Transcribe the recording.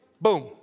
boom